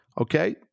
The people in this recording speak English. Okay